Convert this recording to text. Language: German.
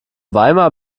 weimar